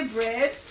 Bread